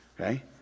okay